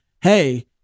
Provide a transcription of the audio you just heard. hey